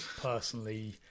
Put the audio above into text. personally